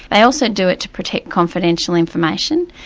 they also do it to protect confidential information,